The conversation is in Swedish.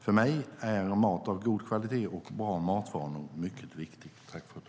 För mig är mat av god kvalitet och bra matvanor mycket viktigt.